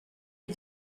est